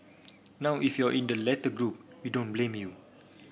now if you're in the latter group we don't blame you